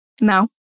now